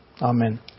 Amen